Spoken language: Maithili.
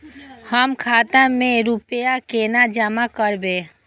हम खाता में रूपया केना जमा करबे?